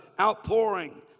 outpouring